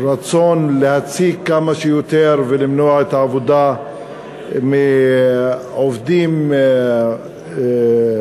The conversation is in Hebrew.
הרצון להציק כמה שיותר ולמנוע עבודה מעובדים זרים.